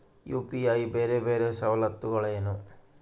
UPI ಬೇರೆ ಬೇರೆ ಸವಲತ್ತುಗಳೇನು?